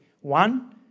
One